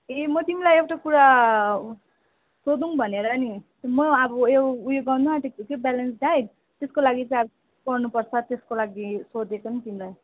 ए तिमीलाई एउटा कुरा सोधौ भनेर नि म अब उयो यो गर्न आँटेको छु कि बेलेन्स डाइट त्यसको लागि चाहिँ अब के गर्नुपर्छ त्यसको लागि सोधेको नि तिमीलाई